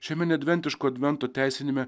šiame nedventiško advento teisiniame